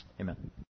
Amen